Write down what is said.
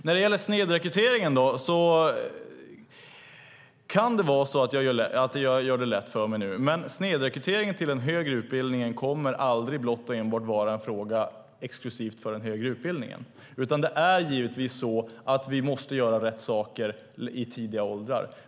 När det gäller snedrekryteringen tycker du kanske att jag gör det lätt för mig, men jag vill säga att snedrekrytering till den högre utbildningen aldrig är en fråga exklusivt för den högre utbildningen. Det handlar om att göra rätt saker i tidiga åldrar.